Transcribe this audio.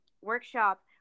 workshop